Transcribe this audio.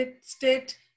state